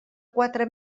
quatre